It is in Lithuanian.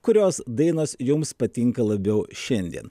kurios dainos jums patinka labiau šiandien